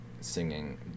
singing